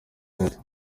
gato